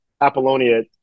Apollonia